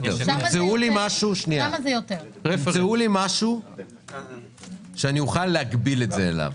תמצאו לי משהו שאוכל להקביל את זה אליו.